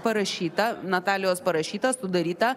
parašyta natalijos parašyta sudaryta